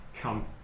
come